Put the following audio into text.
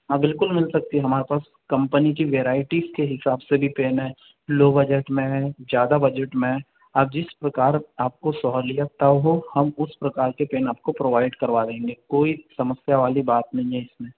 हाँ बिल्कुल मिल सकती है हमारे पास कंपनी की वैरायटी के हिसाब से भी पेन है लो बजट में ज़्यादा बजट में आपको जिस प्रकार आपको सहूलियत हो हम उस प्रकार के पेन आपको प्रोवाइड करवा देंगे कोई समस्या वाली बात नहीं है इसमें